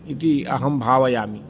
इति अहं भावयामि